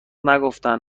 نگفتن